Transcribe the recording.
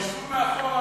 שנשים ישבו מאחורה,